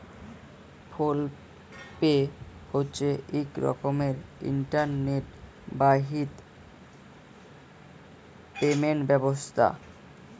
ফোল pay হছে ইক রকমের ইলটারলেট বাহিত পেমেলট ব্যবস্থা